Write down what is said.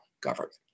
government